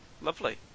lovely